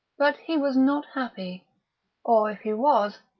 but he was not happy or, if he was,